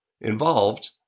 involved